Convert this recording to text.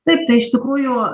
taip tai iš tikrųjų